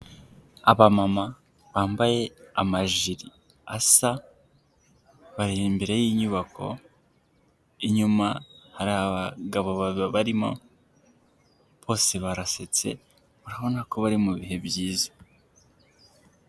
Abamama bambaye amajiri asa bari imbere y'inyubako inyuma hari abagabo barimo bose barasetse urabona ko bari mu bihe byiza.